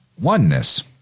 oneness